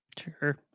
Sure